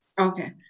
Okay